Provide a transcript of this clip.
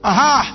Aha